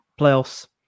playoffs